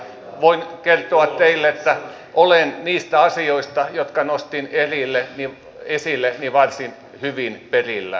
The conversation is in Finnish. voin kertoa teille että olen niistä asioista jotka nostin esille varsin hyvin perillä